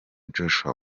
joshua